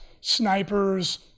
snipers